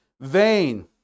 vain